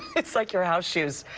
it's like your house shoes.